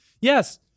Yes